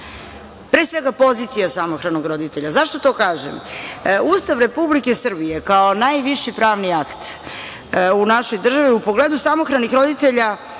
pre svega, pozicija samohranog roditelja.Zašto to kažem? Ustav Republike Srbije kao najviši pravni akt u našoj državi u pogledu samohranih roditelja